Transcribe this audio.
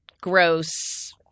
gross